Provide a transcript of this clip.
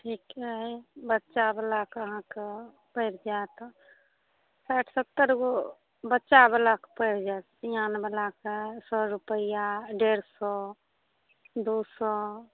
ठीक छै बच्चावलाके अहाँके पड़ि जाएत साठि सत्तरिगो बच्चावलाके पड़ि जाएत सिआनवलाके सओ रुपैआ डेढ़ सओ दुइ सओ